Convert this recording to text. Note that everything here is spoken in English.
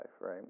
right